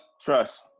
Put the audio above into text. Trust